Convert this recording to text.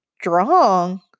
strong